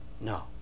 No